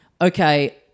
okay